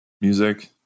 Music